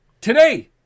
today